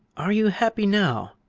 are you happy now?